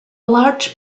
large